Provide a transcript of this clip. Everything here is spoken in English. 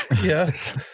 yes